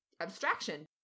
abstraction